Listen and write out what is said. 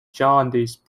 jaundice